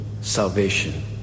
salvation